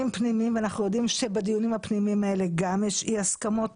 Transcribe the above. פנימיים ואנחנו יודעים שבדיונים הפנימיים האלה גם יש אי הסכמות